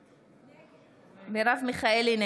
נגד יוליה מלינובסקי, אינה נוכחת מיכאל מלכיאלי,